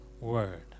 word